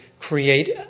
create